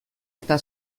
eta